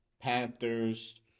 Panthers